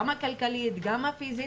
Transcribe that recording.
גם הכלכלית וגם הפיזית,